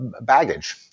baggage